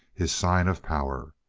his sign of power.